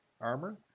armor